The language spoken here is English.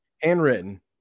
handwritten